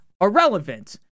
irrelevant